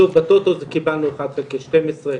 פשוט בטוטו קיבלנו אחד חלקי שתים עשרה,